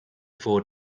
four